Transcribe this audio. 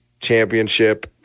championship